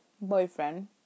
boyfriend